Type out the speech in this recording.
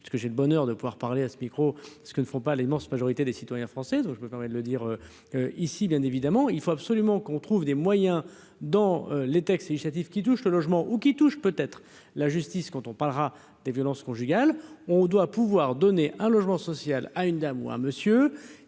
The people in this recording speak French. que j'ai le bonheur de pouvoir parler à ce micro, ce que ne font pas l'immense majorité des citoyens français, donc je me permets de le dire. Ici, bien évidemment, il faut absolument qu'on trouve des moyens dans les textes législatifs qui touchent le logement ou qui touche peut être la justice quand on parlera des violences conjugales, on doit pouvoir donner un logement social à une dame ou un monsieur